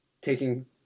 taking